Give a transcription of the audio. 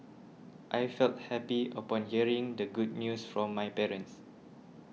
I felt happy upon hearing the good news from my parents